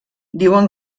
diuen